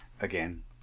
again